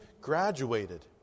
graduated